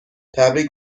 تبریک